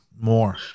more